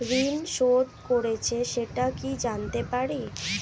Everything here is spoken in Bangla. ঋণ শোধ করেছে সেটা কি জানতে পারি?